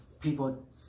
people